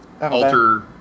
alter